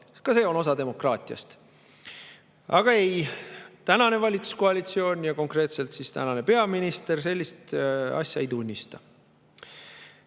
ka see on osa demokraatiast. Aga ei, tänane valitsuskoalitsioon ja konkreetselt peaminister sellist asja ei tunnista. Siit